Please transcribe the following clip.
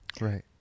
Right